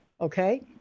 okay